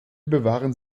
bewahren